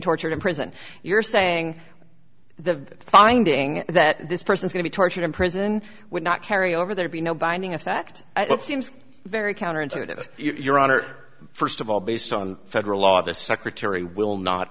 tortured in prison you're saying the finding that this person is going to be tortured in prison would not carry over there be no binding effect what seems very counterintuitive you're on are first of all based on federal law the secretary will not